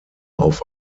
auf